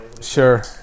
sure